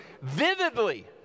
vividly